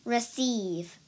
Receive